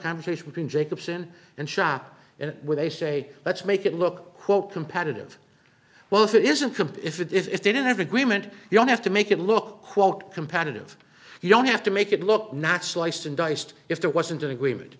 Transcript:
conversation can jacobson and shop where they say let's make it look competitive well if it isn't complete if it's didn't have agreement you don't have to make it look quote competitive you don't have to make it look not sliced and diced if there wasn't an agreement